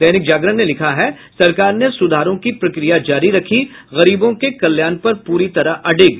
दैनिक जागरण ने लिखा है सरकार ने सुधारों की प्रक्रिया जारी रखी गरीबों के कल्याण पर पूरी तरह अडिग